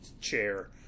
chair